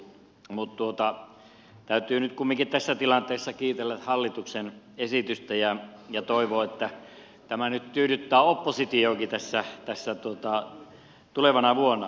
mutta täytyy nyt kumminkin tässä tilanteessa kiitellä hallituksen esitystä ja toivoa että tämä tyydyttää oppositiotakin tulevana vuonna